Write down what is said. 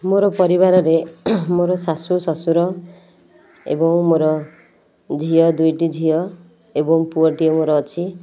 ମୋର ପରିବାରରେ ମୋର ଶାଶୁ ଶଶୁର ଏବଂ ମୋର ଝିଅ ଦୁଇଟି ଝିଅ ଏବଂ ପୁଅଟିଏ ମୋର ଅଛି